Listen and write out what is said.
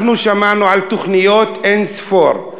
אנחנו שמענו על תוכניות אין-ספור,